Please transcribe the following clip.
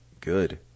good